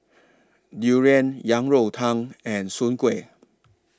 Durian Yang Rou Tang and Soon Kuih